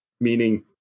Meaning